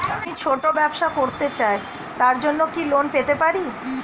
আমি ছোট ব্যবসা করতে চাই তার জন্য কি লোন পেতে পারি?